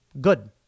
good